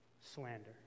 slander